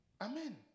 Amen